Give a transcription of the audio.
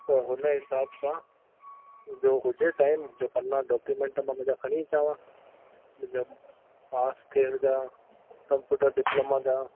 त हुन हिसाब सां जो हुजे टाईम जो पन्ना डोक्यूमेंट मां पंहिंजा खणी अचां हां मुंहिंजा पास थियण जा कंप्यूटर डिप्लोमा जा